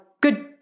good